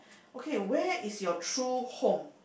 okay where is your true home